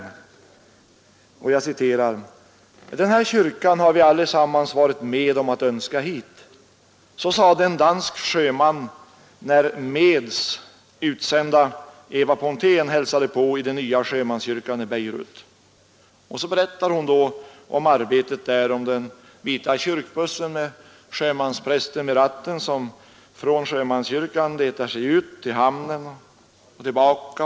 I artikelinledningen heter det: ”Den här kyrkan har vi allesammans varit med om att önska hit! Så sade en dansk sjöman när MED:s utsända Eva Pontén hälsade på i den nya sjömanskyrkan i Beirut.” Hon berättar i artikeln om arbetet där, om den vita kyrkbussen med sjömansprästen vid ratten som från sjömanskyrkan letar sig ut i hamnen och tillbaka.